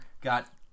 got